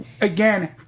again